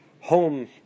Home